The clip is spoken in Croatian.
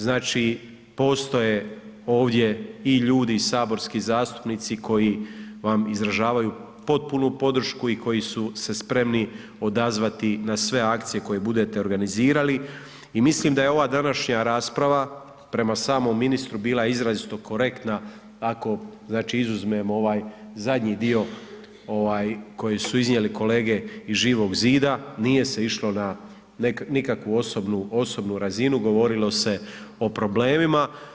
Znači postoje ovdje i ljudi i saborski zastupnici koji vam izražavaju potpunu podršku i koji su se spremni odazvati na sve akcije koje bude organizirali i mislim da je ova današnja rasprava prema samom ministru bila izrazito korektna, ako znači izuzmemo znači ovaj zadnji dio ovaj koji su iznijeli kolege iz Živog zida, nije se išlo na nikakvu osobnu razinu, govorimo se o problemima.